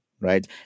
right